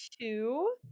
two